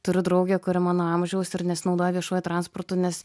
turiu draugę kuri mano amžiaus ir nesinaudoja viešuoju transportu nes